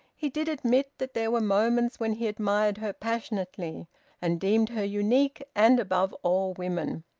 he did admit that there were moments when he admired her passionately and deemed her unique and above all women.